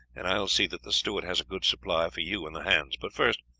and i will see that the steward has a good supply for you and the hands but first,